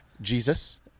Jesus